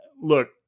look